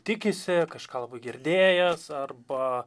tikisi kažką girdėjęs arba